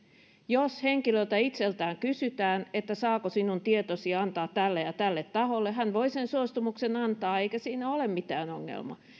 jos henkilöltä itseltään kysytään saako sinun tietosi antaa tälle ja tälle taholle hän voi sen suostumuksen antaa eikä siinä ole mitään ongelmaa